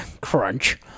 Crunch